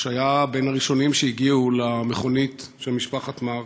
והיה בין הראשונים שהגיעו למכונית של משפחת מרק,